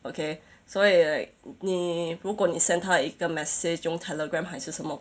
okay 所以 like 你如果你 send 他一个 message 用 telegram 还是什么